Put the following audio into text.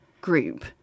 group